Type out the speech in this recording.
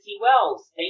Wells